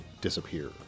disappear